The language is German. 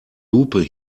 lupe